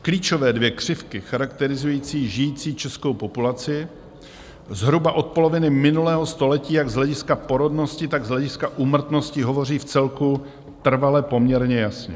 Klíčové dvě křivky, charakterizující žijící českou populaci zhruba od poloviny minulého století jak z hlediska porodnosti, tak z hlediska úmrtnosti, hovoří vcelku trvale poměrně jasně.